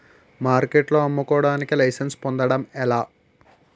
మార్కెట్లో అమ్ముకోడానికి లైసెన్స్ పొందడం ఎలా?